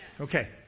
Okay